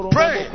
Pray